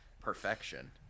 perfection